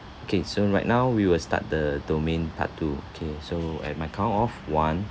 okay so right now we will start the domain part two okay so at my count of one